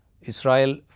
Israel